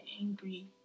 angry